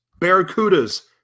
barracudas